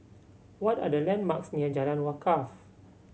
what are the landmarks near Jalan Wakaff